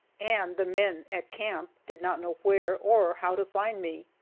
and the men at camp did not know where or how to find me.